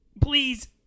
please